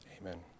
Amen